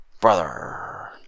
Brother